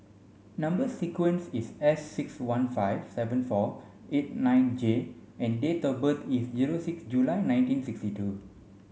number sequence is S six one five seven four eight nine J and date of birth is zero six July nineteen sixty two